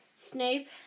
Snape